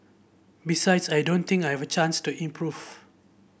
besides I don't think I've a chance to improve